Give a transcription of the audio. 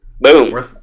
Boom